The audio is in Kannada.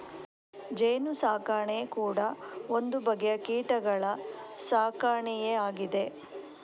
ಜೇನು ಸಾಕಣೆ ಕೂಡಾ ಒಂದು ಬಗೆಯ ಕೀಟಗಳ ಸಾಕಣೆಯೇ ಆಗಿದೆ